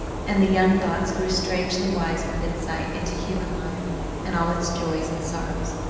and the young thoughts grew strangely wise with insight into human life and all its joys and sorrows.